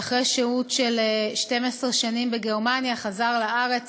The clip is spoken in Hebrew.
ואחרי שהות של 12 שנים בגרמניה חזר לארץ,